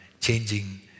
changing